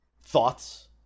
thoughts